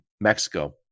Mexico